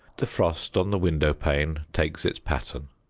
the frost on the window pane takes its pattern,